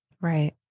right